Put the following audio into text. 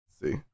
See